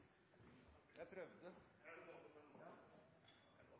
eg